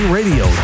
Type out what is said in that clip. Radio